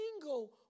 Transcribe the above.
single